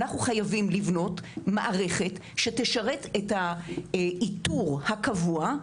אנחנו חייבים לבנות מערכת שתשרת את האיתור הקבוע,